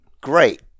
Great